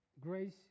grace